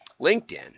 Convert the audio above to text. LinkedIn